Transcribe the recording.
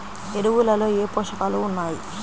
ఎరువులలో ఏ పోషకాలు ఉన్నాయి?